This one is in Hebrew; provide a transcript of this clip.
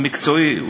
המקצועי,